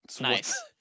Nice